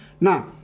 now